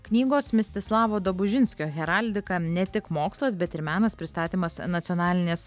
knygos mistislavo dobužinskio heraldika ne tik mokslas bet ir menas pristatymas nacionalinės